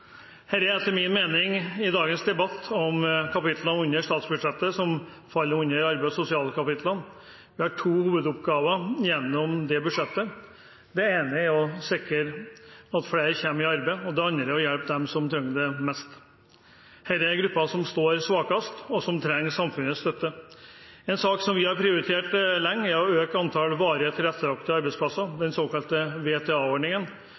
min inngang til dagens debatt om kapitlene under statsbudsjettet som faller under arbeids- og sosialkapitlene. Vi har to hovedoppgaver gjennom det budsjettet. Det ene er å sikre at flere kommer i arbeid, og det andre er å hjelpe dem som trenger det mest. Dette er grupper som står svakest, og som trenger samfunnets støtte. En sak som vi har prioritert lenge, er å øke antallet varige tilrettelagte arbeidsplasser,